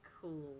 cool